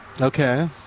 Okay